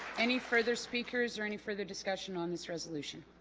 any further speakers or any further discussion on this resolution